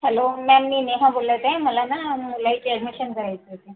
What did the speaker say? hello ma'am मी नेहा बोलत आहे मला ना मुलाची ॲडमिशन करायची होती